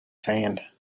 sand